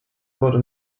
wurde